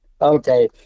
Okay